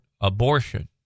abortion